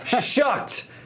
shocked